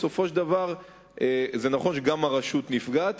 בסופו של דבר זה נכון שגם הרשות נפגעת,